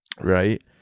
right